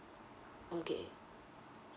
okay